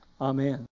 Amen